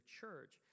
church